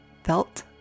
felt